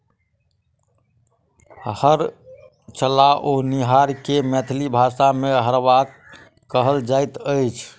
हर चलओनिहार के मैथिली भाषा मे हरवाह कहल जाइत छै